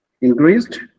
increased